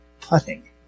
putting